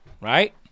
right